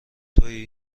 توئی